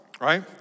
right